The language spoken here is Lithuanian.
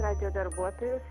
radijo darbuotojus